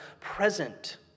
present